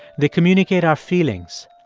they communicate our feelings,